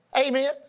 Amen